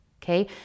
Okay